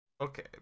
okay